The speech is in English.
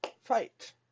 Fight